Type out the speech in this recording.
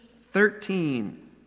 Thirteen